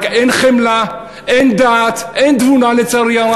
רק אין חמלה, אין דעת, אין תבונה, לצערי הרב.